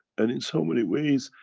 and in so many ways,